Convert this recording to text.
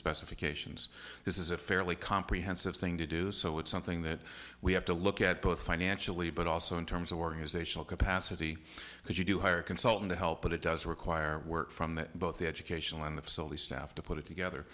specifications this is a fairly comprehensive thing to do so it's something that we have to look at both financially but also in terms of organizational capacity because you do hire a consultant to help but it does require work from the both the educational and the facility staff to put it together